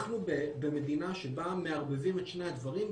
אנחנו במדינה שבה מערבבים את שני הדברים,